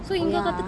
ya